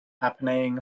happening